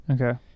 Okay